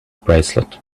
bracelet